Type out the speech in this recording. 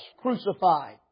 crucified